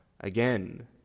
Again